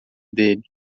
dele